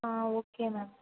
ah okay ma'am